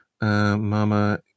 Mama